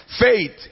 Faith